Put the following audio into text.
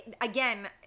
Again